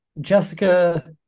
Jessica